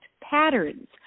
patterns